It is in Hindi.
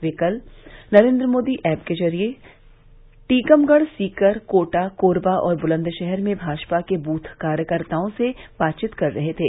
वे कल नरेन्द्र मोदी ऐप के जरिए टीकमगढ़ सीकर कोटा कोरबा और बुलन्दशहर में भाजपा के बूथ कार्यकर्ताओं से बातचीत कर रहे थे